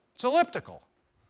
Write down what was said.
it's elliptical.